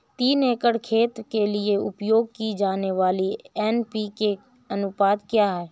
तीन एकड़ खेत के लिए उपयोग की जाने वाली एन.पी.के का अनुपात क्या है?